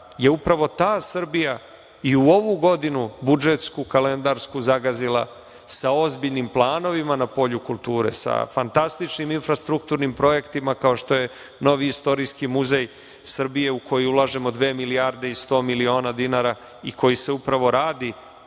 je upravo ta Srbija i u ovu godinu budžetsku, kalendarsku, zagazila sa ozbiljnim planovima na polju kulture, sa fantastičnim infrastrukturnim projektima kao što je novi Istorijski muzej Srbije u koji ulažemo dve milijarde 100 miliona dinara i koji se upravo radi,